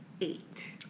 eight